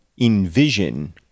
envision